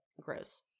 gross